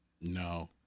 No